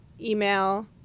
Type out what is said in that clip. email